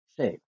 shape